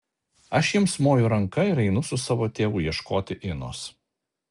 aš jiems moju ranka ir einu su savo tėvu ieškoti inos